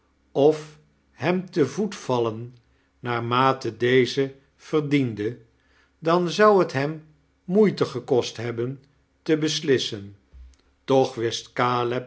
of hem te yoet vallen naar mate deze verdiende dan zou t hem moeite gekost hebben te beslissen toch wist